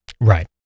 Right